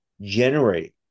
generate